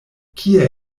kie